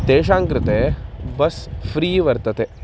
तेषां कृते bus free वर्तते